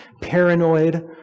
Paranoid